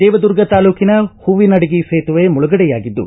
ದೇವದುರ್ಗ ತಾಲೂಕಿನ ಹೂವಿನಡಗಿ ಸೇತುವೆ ಮುಳುಗಡೆಯಾಗಿದ್ದು